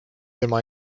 tema